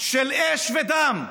של אש ודם.